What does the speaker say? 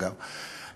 אגב.